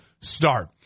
start